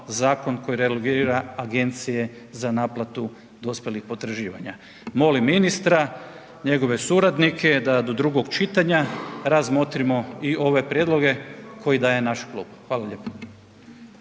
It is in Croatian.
koji …/nerazumljivo/… agencije za naplatu dospjelih potraživanja. Molim ministra, njegove suradnike da do drugog čitanja razmotrimo i ove prijedloge koji daje naš klub. Hvala lijepo.